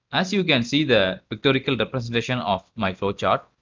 as you can see, the pictorial representation of my flow chart.